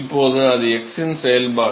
இப்போது அது x இன் செயல்பாடு